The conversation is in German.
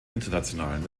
internationalen